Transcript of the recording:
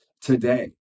Today